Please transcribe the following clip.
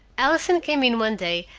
allison came in one day,